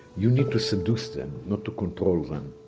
you need to seduce them, not to control them.